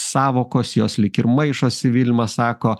sąvokos jos lyg ir maišosi vilma sako